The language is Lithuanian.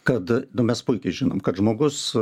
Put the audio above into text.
kad nu mes puikiai žinom kad žmogus